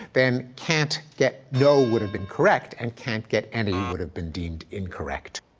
then can't get no, would have been correct and can't get any, would have been deemed incorrect.